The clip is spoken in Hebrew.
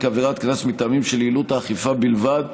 כעבירת קנס מטעמים של יעילות האכיפה בלבד,